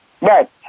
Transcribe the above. Right